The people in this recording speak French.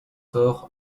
faure